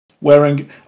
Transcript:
wearing